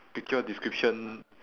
picture description